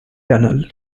tunnel